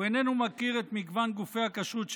הוא איננו מכיר את מגוון גופי הכשרות בחו"ל,